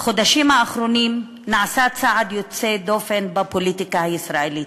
בחודשים האחרונים נעשה צעד יוצא דופן בפוליטיקה הישראלית: